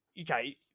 okay